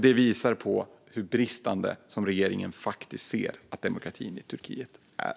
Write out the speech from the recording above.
Det visar på hur bristande regeringen faktiskt ser att demokratin i Turkiet är.